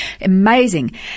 Amazing